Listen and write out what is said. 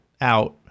out